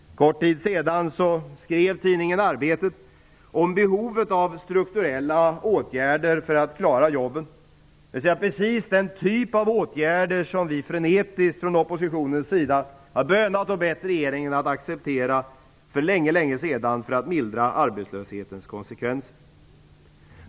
För en kort tid sedan skrev tidningen Arbetet om behovet av strukturella åtgärder för att klara jobben, dvs. precis den typ av åtgärder som vi från oppositionen frenetiskt har bönat och bett regeringen att acceptera för länge sedan för att mildra arbetslöshetens konsekvenser.